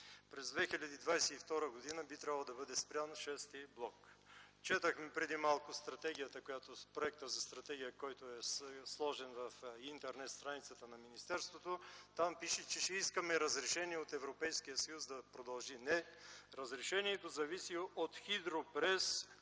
През 2022 г. би трябвало да бъде спрян VІ блок. Преди малко четохме проекта за стратегия, който е сложен в интернет-страницата на министерството. Там пише, че ще искаме разрешение от Европейския съюз да продължим. Не – разрешението зависи от „Хидропрес”